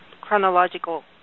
chronological